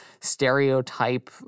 stereotype